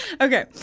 Okay